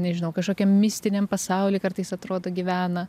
nežinau kašokiam mistiniam pasauly kartais atrodo gyvena